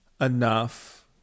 enough